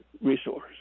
resource